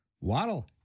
Waddle